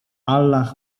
allach